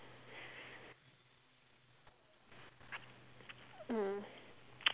mm